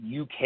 UK